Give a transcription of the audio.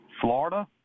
Florida